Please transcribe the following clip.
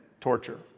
torture